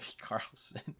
Carlson